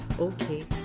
okay